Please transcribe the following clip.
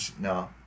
no